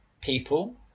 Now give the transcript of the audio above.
people